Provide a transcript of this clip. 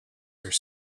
are